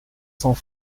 cents